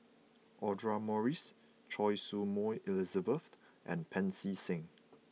Audra Morrice Choy Su Moi Elizabeth and Pancy Seng